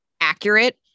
accurate